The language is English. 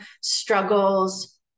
struggles